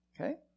okay